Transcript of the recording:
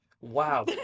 wow